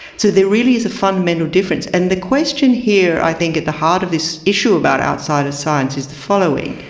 so there really is a fundamental difference. and the question here i think at the heart of this issue about outsider science is the following,